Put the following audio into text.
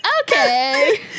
Okay